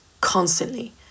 constantly